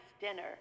dinner